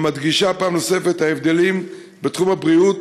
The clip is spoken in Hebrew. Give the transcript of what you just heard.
שמדגישה פעם נוספת את ההבדלים בתחום הבריאות